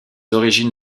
origines